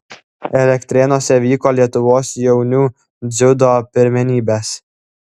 elektrėnuose vyko lietuvos jaunių dziudo pirmenybės